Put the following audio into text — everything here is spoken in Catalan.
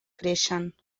creixen